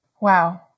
Wow